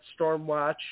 Stormwatch